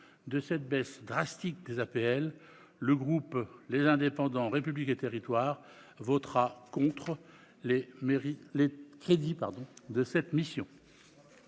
de la baisse drastique des APL, le groupe Les Indépendants-République et Territoires votera contre les crédits de cette mission.